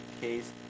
case